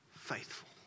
faithful